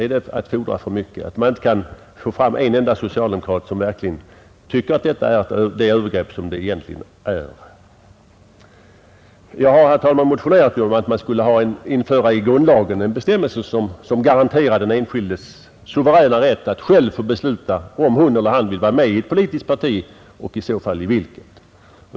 Man kan inte få fram en enda socialdemokrat som verkligen tycker att detta är det övergrepp det egentligen är. Jag har, herr talman, motionerat om att man i grundlagen skulle införa en bestämmelse som garanterar den enskildes suveräna rätt att själv få besluta om huruvida hon eller han vill vara med i ett politiskt parti och i så fall vilket.